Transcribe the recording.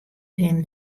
him